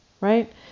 right